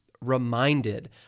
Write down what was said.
reminded